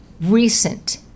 recent